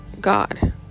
god